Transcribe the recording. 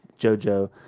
Jojo